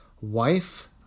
Wife